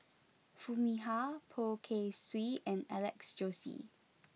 Foo Mee Har Poh Kay Swee and Alex Josey